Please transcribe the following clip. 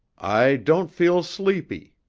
i don't feel sleepy,